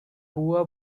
poor